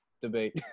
debate